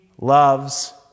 loves